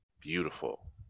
beautiful